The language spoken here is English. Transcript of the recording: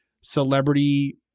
celebrity